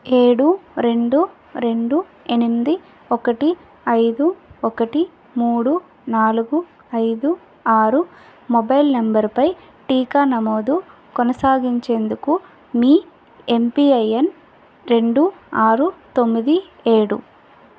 ఏడు రెండు రెండు ఎనిమిది ఒకటి ఐదు ఒకటి మూడు నాలుగు ఐదు ఆరు మొబైల్ నంబరు పై టీకా నమోదు కొనసాగించేందుకు మీ ఎమ్పిఐన్ రెండు ఆరు తొమ్మిది ఏడు